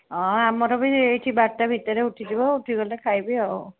ହଁ ଆମର ବି ଏଇଠି ବାରଟା ଭିତରେ ଉଠିଯିବ ଉଠିଗଲେ ଖାଇବି ଆଉ